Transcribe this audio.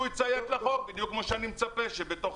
שהוא יציית לחוק בדיוק כמו שאני מצפה שבתוך